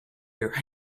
your